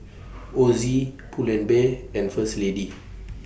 Ozi Pull and Bear and First Lady